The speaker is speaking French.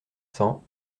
cents